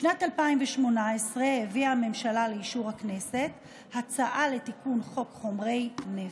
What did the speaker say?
בשנת 2018 הביאה הממשלה לאישור הכנסת הצעה לתיקון חוק חומרי נפץ.